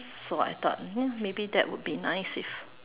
so I thought ya maybe that would be nice if